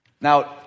Now